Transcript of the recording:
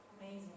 amazing